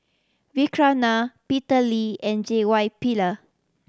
Vikram Nair Peter Lee and J Y Pillay